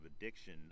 addiction